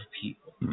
people